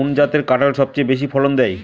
কোন জাতের কাঁঠাল সবচেয়ে বেশি ফলন দেয়?